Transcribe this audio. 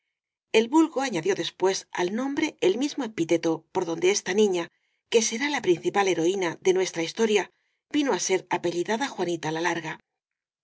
el vulgo añadió después al nombre el mis mo epíteto por donde esta niña que será la prin cipal heroína de nuestra historia vino á ser ape llidada juanita la larga